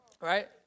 right